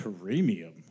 premium